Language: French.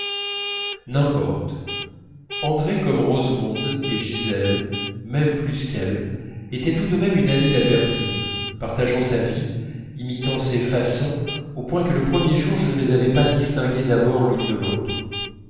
n'importe andrée comme rosemonde et gisèle même plus qu'elles était tout de même une amie d'albertine partageant sa vie imitant ses façons au point que le premier jour je ne les avais pas distinguées d'abord l'une de l'autre